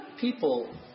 people